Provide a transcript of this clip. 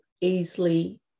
easily